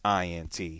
INT